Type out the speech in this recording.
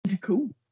Cool